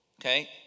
okay